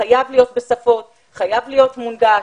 חייב להיות בשפות, חייב להיות מונגש,